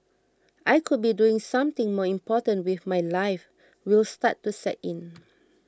I could be doing something more important with my life will start to set in